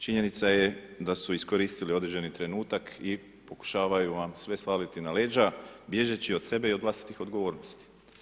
Činjenica je da su iskoristili određeni trenutak i pokušavaju vam sve svaliti na leđa bježeći od sebe i vlastitih odgovornosti.